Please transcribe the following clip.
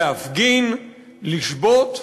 להפגין, לשבות,